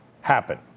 happen